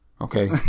Okay